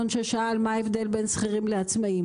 למה ההבדל בין שכירים לעצמאיים